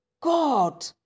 God